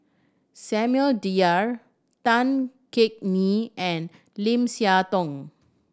Samuel Dyer Tan Yeok Nee and Lim Siah Tong